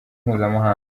mpuzamahanga